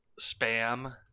spam